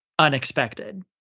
unexpected